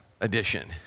edition